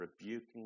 rebuking